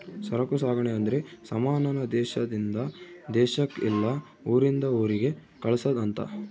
ಸರಕು ಸಾಗಣೆ ಅಂದ್ರೆ ಸಮಾನ ನ ದೇಶಾದಿಂದ ದೇಶಕ್ ಇಲ್ಲ ಊರಿಂದ ಊರಿಗೆ ಕಳ್ಸದ್ ಅಂತ